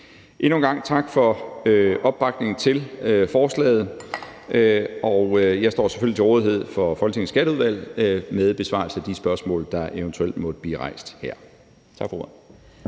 Endnu en gang tak for opbakningen til forslaget. Jeg står selvfølgelig til rådighed for Folketingets Skatteudvalg med besvarelse af de spørgsmål, der eventuelt måtte blive rejst her. Tak for ordet.